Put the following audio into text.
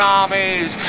armies